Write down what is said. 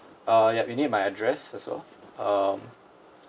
uh yup you need my address as well um